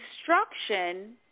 instruction